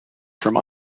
from